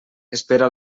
espera